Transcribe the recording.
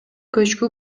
көчкү